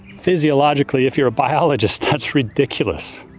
physiologically, if you're a biologist, that's ridiculous.